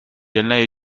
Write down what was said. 人类